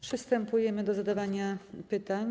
Przystępujemy do zadawania pytań.